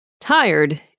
Tired